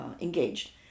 engaged